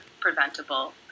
preventable